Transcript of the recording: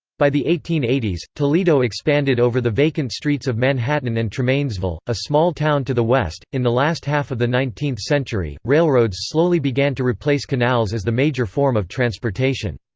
by the eighteen eighty s, toledo expanded over the vacant streets of manhattan and tremainsville, a small town to the west in the last half of the nineteenth century, railroads slowly began to replace canals as the major form of transportation.